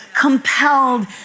compelled